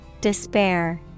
Despair